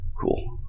Cool